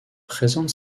présente